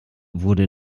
wurde